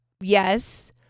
Yes